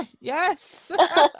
yes